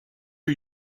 are